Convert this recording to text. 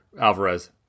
Alvarez